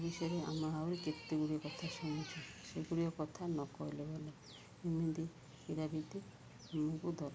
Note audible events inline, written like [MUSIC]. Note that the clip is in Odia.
ଏ ବିଷୟରେ ଆମ ଆହୁରି କେତେ ଗୁଡ଼ିଏ କଥା ଶୁଣିଛୁ ସେଗୁଡ଼ିକ କଥା ନ କହିଲେ ଭଲ [UNINTELLIGIBLE] କ୍ରୀଡ଼ା ବିତି ଆମକୁ ଦରକାର